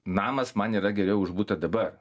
namas man yra geriau už butą dabar